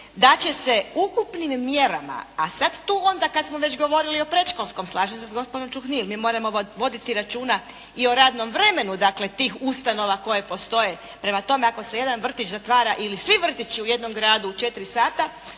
da će se ukupnim mjerama, a sad tu kad smo već govorili o predškolskom, slažem se s gospođom Čuhnil, mi moramo voditi računa i o radnom vremenu dakle tih ustanova koje postoje. Prema tome, ako se jedan vrtić zatvara ili svi vrtići u jednom gradu u četiri sata,